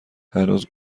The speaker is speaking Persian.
هنوز